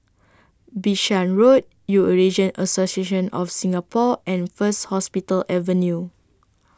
Bishan Road Eurasian Association of Singapore and First Hospital Avenue